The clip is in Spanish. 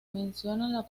aparición